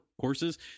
courses